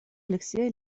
алексея